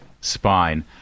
spine